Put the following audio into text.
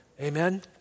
Amen